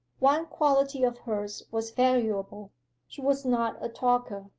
one quality of hers was valuable she was not a talker.